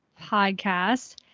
podcast